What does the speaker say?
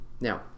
Now